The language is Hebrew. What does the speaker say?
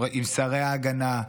עם שרי ההגנה,